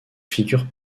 figure